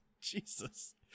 Jesus